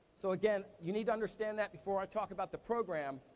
so again, you need to understand that before i talk about the program,